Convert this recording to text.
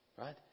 Right